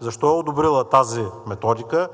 защо е одобрила тази методика